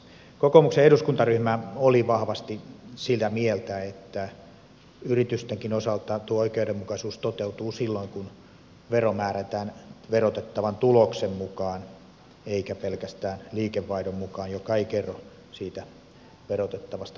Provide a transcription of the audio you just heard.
kokoomuksen eduskuntaryhmä oli vahvasti sitä mieltä että yritystenkin osalta tuo oikeudenmukaisuus toteutuu silloin kun vero määrätään verotettavan tuloksen mukaan eikä pelkästään liikevaihdon mukaan joka ei kerro siitä verotettavasta tuotosta vielä juuri mitään